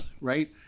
right